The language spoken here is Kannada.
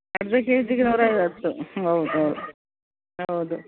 ಅರ್ಧ ಕೆ ಜಿಗೆ ನೂರ ಐವತ್ತು ಹೌದು ಹೌದು ಹೌದು